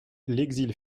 l’exil